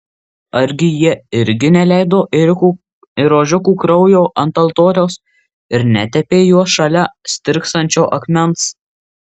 argi jie irgi neleido ėriukų ir ožiukų kraujo ant altoriaus ir netepė juo šalia stirksančio akmens